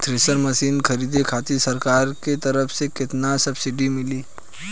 Thresher machine खरीदे खातिर सरकार के तरफ से केतना सब्सीडी मिली?